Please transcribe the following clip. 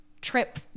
Trip